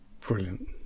brilliant